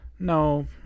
no